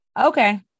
Okay